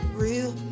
real